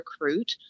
recruit